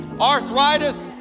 arthritis